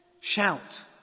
Shout